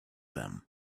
them